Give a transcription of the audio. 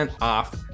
off